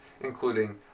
including